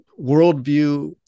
worldview